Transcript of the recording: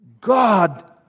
God